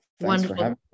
Wonderful